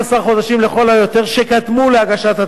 שקדמו להגשת התביעה.